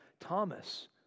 Thomas